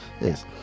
yes